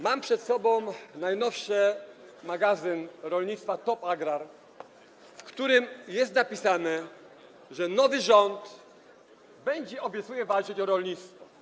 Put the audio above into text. Mam przed sobą najnowszy magazyn rolnictwa „Top Agrar”, w którym jest napisane, że nowy rząd obiecuje walczyć o rolnictwo.